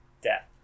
Death